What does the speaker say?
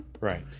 right